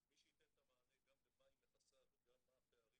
מי שייתן את המענה גם במה היא מכסה וגם מה הפערים